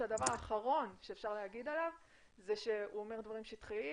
שהדבר האחרון שאפשר להגיד עליו זה שהוא אומר דברים שטחיים